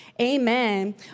Amen